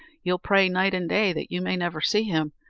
you'll pray night and day that you may never see him,